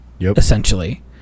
essentially